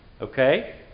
okay